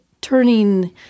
turning